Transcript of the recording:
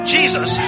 Jesus